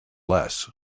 less